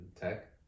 tech